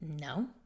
no